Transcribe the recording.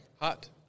Hot